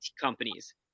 companies